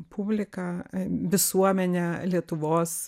publika visuomenė lietuvos